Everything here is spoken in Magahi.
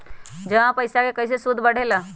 जमा पईसा के कइसे सूद बढे ला?